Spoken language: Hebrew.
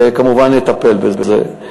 וכמובן נטפל בזה.